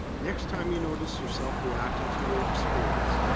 next time you notice yourself reacting to your experience,